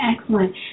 excellent